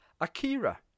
Akira